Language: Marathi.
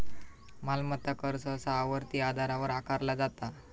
मालमत्ता कर सहसा आवर्ती आधारावर आकारला जाता